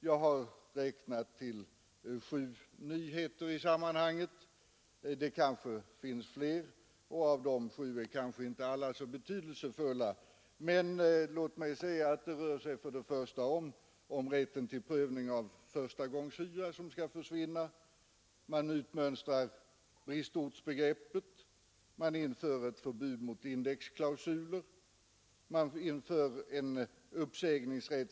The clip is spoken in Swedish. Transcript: Jag har räknat till sju nyheter i sammanhanget — det kanske finns fler — och av dessa sju är kanske inte alla så betydelsefulla, men låt mig nämna dem. 2. Man utmönstrar bristortsbegreppet. 3. Man inför ett förbud mot indexklausuler.